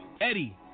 Eddie